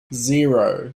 zero